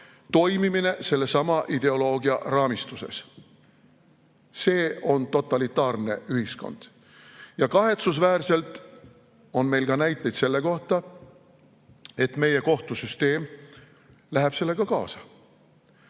toimimisega sellesama ideoloogia raamistuses. See on totalitaarne ühiskond. Ja kahetsusväärselt on meil ka näiteid selle kohta, et meie kohtusüsteem läheb sellega kaasa.